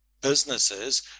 businesses